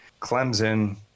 Clemson